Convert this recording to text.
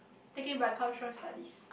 taking bicultural studies